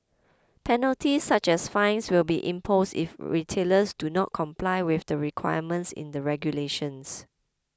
penalties such as fines will be imposed if retailers do not comply with the requirements in the regulations